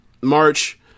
march